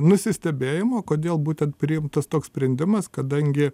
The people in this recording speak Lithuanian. nusistebėjimų kodėl būtent priimtas toks sprendimas kadangi